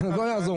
בוא נשמע